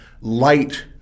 light